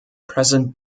present